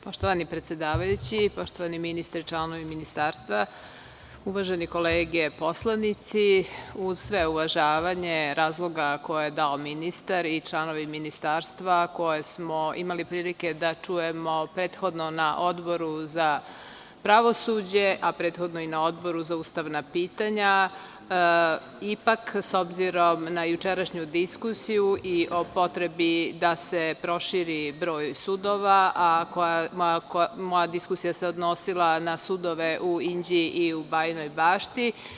Poštovani predsedavajući, poštovani ministre, članovi Ministarstva, uvažene kolege poslanici, uz sve uvažavanje razloga koje je dao ministar i članovi Ministarstva, a koje smo imali prilike da čujemo prethodno na Odboru za pravosuđe, a prethodno i na Odboru za ustavna pitanja, s obzirom na jučerašnju diskusiju i o potrebi da se proširi broj sudova, a moja diskusija se odnosila na sudove u Inđiji i Bajinoj Bašti.